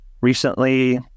recently